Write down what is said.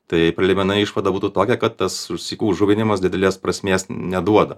tai preliminari išvada būtų tokia kad tas sykų žuvinimas didelės prasmės neduoda